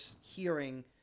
hearing